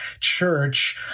church